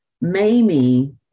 Mamie